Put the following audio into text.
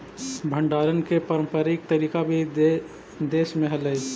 भण्डारण के पारम्परिक तरीका भी देश में हलइ